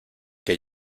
que